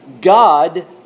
God